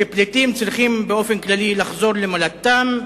שפליטים צריכים באופן כללי לחזור למולדתם,